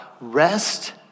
rest